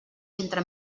entre